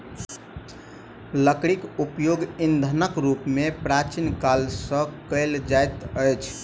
लकड़ीक उपयोग ईंधनक रूप मे प्राचीन काल सॅ कएल जाइत अछि